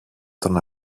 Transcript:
τον